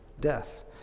death